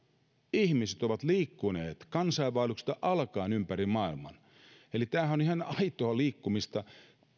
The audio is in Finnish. ihmiset ovat liikkuneet kansainvaelluksesta alkaen ympäri maailman eli tämähän on ihan aitoa liikkumista